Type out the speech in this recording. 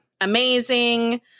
amazing